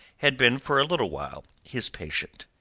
had been for a little while his patient.